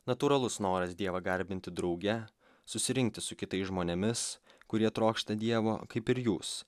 natūralus noras dievą garbinti drauge susirinkti su kitais žmonėmis kurie trokšta dievo kaip ir jūs